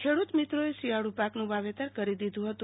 ખેડૂત મિત્રોએ શિયાળી પાકનું વાવેતર કરી દીધું હતું